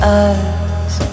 eyes